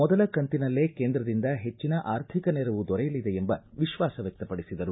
ಮೊದಲ ಕಂತಿನಲ್ಲೇ ಕೇಂದ್ರದಿಂದ ಹೆಚ್ಚನ ಆರ್ಥಿಕ ನೆರವು ದೊರೆಯಲಿದೆ ಎಂಬ ವಿಶ್ವಾಸ ವ್ಯಕ್ತಪಡಿಸಿದರು